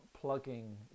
plugging